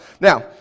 Now